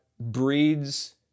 breeds